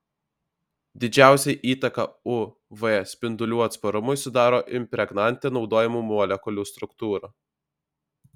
didžiausią įtaką uv spindulių atsparumui sudaro impregnante naudojamų molekulių struktūra